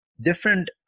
different